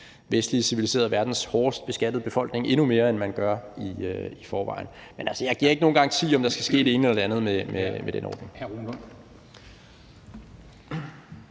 vestlige civiliserede verdens hårdest beskattede befolkning endnu mere, end man gør i forvejen. Men jeg giver ikke nogen garantier for, om der skal ske det ene eller det andet med den ordning.